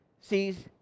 sees